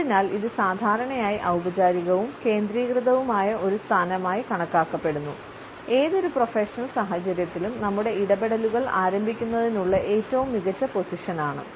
അതിനാൽ ഇത് സാധാരണയായി ഔപചാരികവും കേന്ദ്രീകൃതവുമായ ഒരു സ്ഥാനമായി കണക്കാക്കപ്പെടുന്നു ഏതൊരു പ്രൊഫഷണൽ സാഹചര്യത്തിലും നമ്മുടെ ഇടപെടലുകൾ ആരംഭിക്കുന്നതിനുള്ള ഏറ്റവും മികച്ച പൊസിഷൻ ആണ്